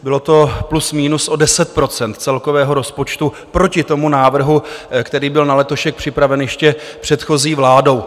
Bylo to plus minus o 10 % celkového rozpočtu proti návrhu, který byl na letošek připraven ještě předchozí vládou.